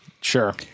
Sure